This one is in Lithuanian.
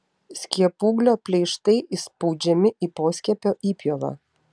skiepūglio pleištai įspaudžiami į poskiepio įpjovą